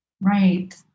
Right